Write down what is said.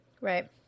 right